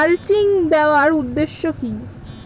Mulching দেওয়ার উদ্দেশ্য কি?